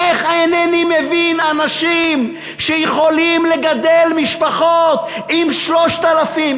איך אינני מבין אנשים שיכולים לגדל משפחות עם 3,000,